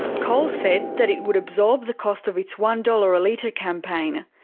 coles said that it would absorb the cost of its one dollars a litre campaign.